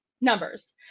numbers